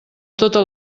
totes